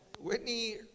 Whitney